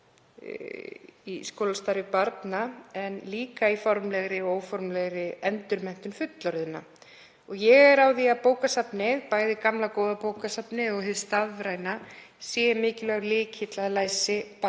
í skólastarfi barna en líka í formlegri og óformlegri endurmenntun fullorðinna. Ég er á því að bókasafnið, bæði gamla góða bókasafnið og hið stafræna, sé mikilvægur lykill að læsi barna